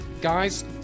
guys